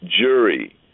jury